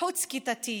חוץ-כיתתי,